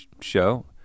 show